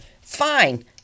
Fine